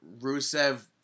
Rusev